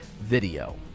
video